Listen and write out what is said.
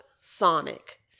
Sonic